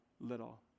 little